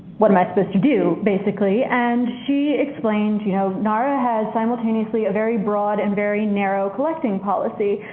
what am i supposed to do, basically. and she explained you know nara has simultaneously a very broad and very narrow collecting policy.